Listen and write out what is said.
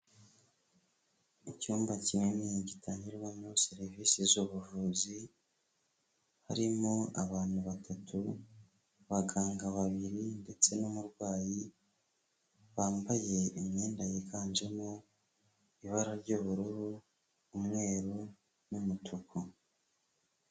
Icyumba kinini gitangirwamo serivisi z'ubuvuzi, harimo abantu batatu: abaganga babiri ndetse n'umurwayi, bambaye imyenda yiganjemo ibara ry'ubururu, umweru n'umutuku.